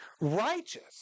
Righteous